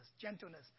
gentleness